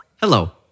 Hello